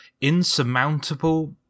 insurmountable